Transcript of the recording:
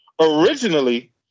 Originally